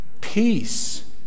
Peace